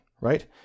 right